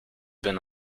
been